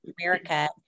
America